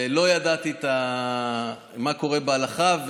ולא ידעתי מה קורה בהלכה.